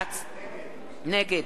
נגד יעקב כץ,